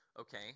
okay